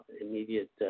immediate